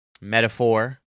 metaphor